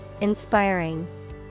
inspiring